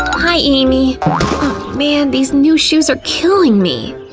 hi, amy. oh man, these new shoes are killing me.